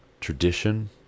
tradition